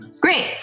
Great